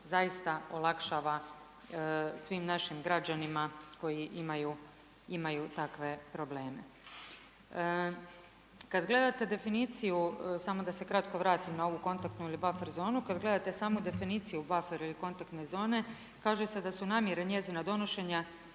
zaista olakšava svim našim građanima koji imaju takve probleme. Kada gledate definiciju, samo da se kratko vratim na ovu kontaktnu ili buffer zonu, kada gledate samu definiciju buffer ili kontaktne zone kaže se da su namjere njezina donošenja